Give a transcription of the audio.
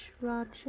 Roger